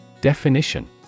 Definition